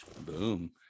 Boom